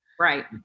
Right